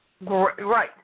Right